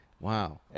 Wow